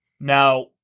Now